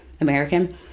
american